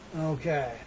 okay